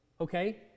okay